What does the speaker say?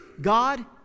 God